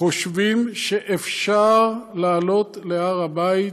חושבים שאפשר לעלות להר הבית,